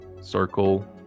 circle